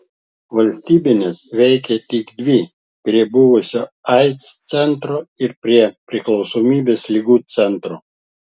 valstybinės veikė tik dvi prie buvusio aids centro ir prie priklausomybės ligų centro